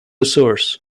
source